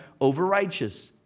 overrighteous